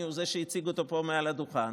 הוא לא זה שהציג אותו פה מעל הדוכן?